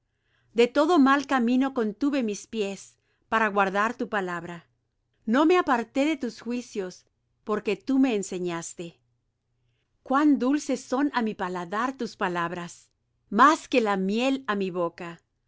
de todo mal camino contuve mis pies para guardar tu palabra no me aparté de tus juicios porque tú me enseñaste cuán dulces son á mi paladar tus palabras más que la miel á mi boca